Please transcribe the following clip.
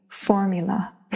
formula